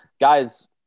guys